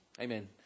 Amen